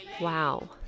wow